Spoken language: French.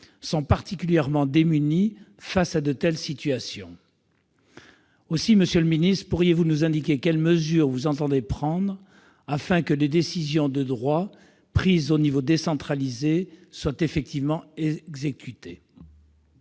sont particulièrement démunis face à de telles situations. Aussi, monsieur le secrétaire d'État, pourriez-vous nous indiquer quelles mesures vous entendez prendre afin que les décisions de droit prises au niveau décentralisé soient effectivement exécutées ?